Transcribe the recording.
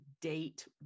date